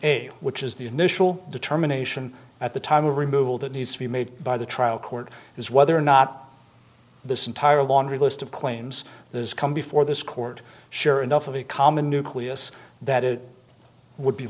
a which is the initial determination at the time of removal that needs to be made by the trial court is whether or not this entire laundry list of claims is come before this court sure enough of a common nucleus that it would be